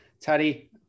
Teddy